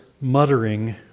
muttering